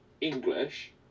English